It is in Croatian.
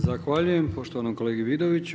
Zahvaljujem poštovanom kolegi Vidoviću.